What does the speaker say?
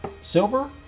Silver